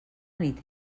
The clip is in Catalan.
nit